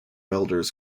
elders